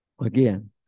again